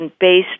based